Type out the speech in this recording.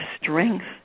strength